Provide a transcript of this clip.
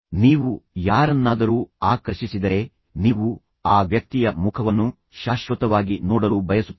ನೀವು ಯಾರನ್ನಾದರೂ ಆಕರ್ಷಿಸಿದರೆ ನೀವು ಆ ವ್ಯಕ್ತಿಯ ಮುಖವನ್ನು ಶಾಶ್ವತವಾಗಿ ನೋಡಲು ಬಯಸುತ್ತೀರಿ